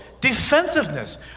defensiveness